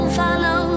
follow